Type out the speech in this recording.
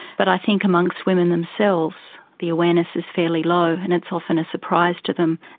but i think amongst women themselves the awareness is fairly low, and it's often a surprise to them.